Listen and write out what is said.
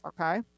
okay